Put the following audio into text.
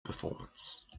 performance